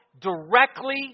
directly